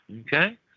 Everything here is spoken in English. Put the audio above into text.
Okay